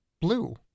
blue